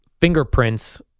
fingerprints